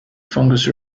fungus